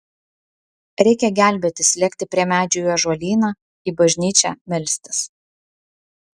reikia gelbėtis lėkti prie medžių į ąžuolyną į bažnyčią melstis